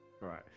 right